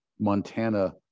Montana